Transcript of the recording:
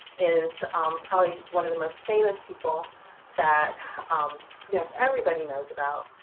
is probably one of the most famous people that um pretty much everybody knows about,